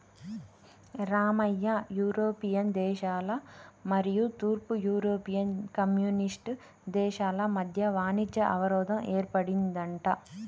Ramayya European దేశాల మరియు తూర్పు యూరోపియన్ కమ్యూనిస్ట్ దేశాల మధ్య వాణిజ్య అవరోధం ఏర్పడిందంట